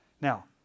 Now